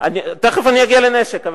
תיכף אני אגיע לנשק.